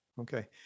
Okay